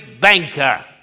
banker